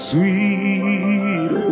Sweet